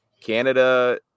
Canada